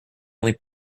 only